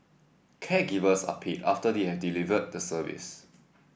caregivers are paid after they have delivered the service